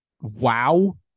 wow